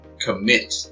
commit